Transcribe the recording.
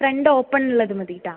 front open ഉള്ളത് മതി കേട്ടോ